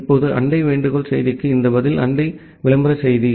இப்போது அண்டை வேண்டுகோள் செய்திக்கு இந்த பதில் அண்டை விளம்பர செய்தி